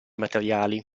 materiali